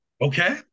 Okay